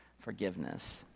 forgiveness